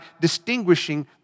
distinguishing